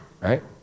Right